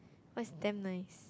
[wah] it's damn nice